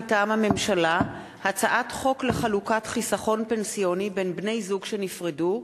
מטעם הממשלה: הצעת חוק לחלוקת חיסכון פנסיוני בין בני-זוג שנפרדו,